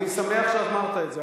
אני שמח שאמרת את זה.